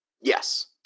Yes